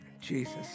Jesus